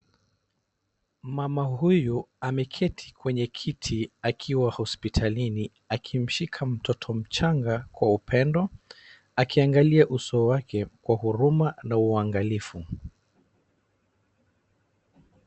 Mama huyu ameketi kwenye kiti akiwa hospitalini akimshika mtoto mchanga kwa upendo akiangalia uso wake kwa huruma na uangalifu.